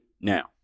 now